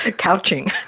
ah couching!